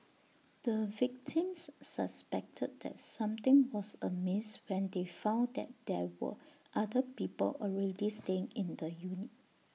the victims suspected that something was amiss when they found that there were other people already staying in the unit